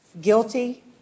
Guilty